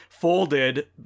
folded